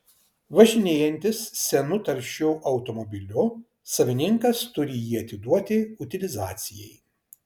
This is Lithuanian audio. važinėjantis senu taršiu automobiliu savininkas turi jį atiduoti utilizacijai